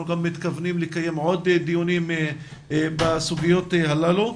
אנחנו גם מתכוונים לקיים עוד דיונים בסוגיות הללו,